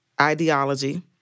ideology